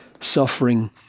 suffering